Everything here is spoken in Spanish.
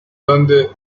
donde